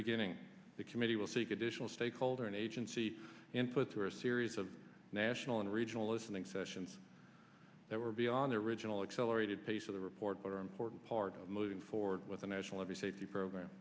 beginning the committee will seek additional stakeholder and agency input through a series of national and regional listening sessions that were beyond the original accelerated pace of the report but an important part of moving forward with a national id safety program